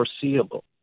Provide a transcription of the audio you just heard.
foreseeable